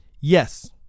yes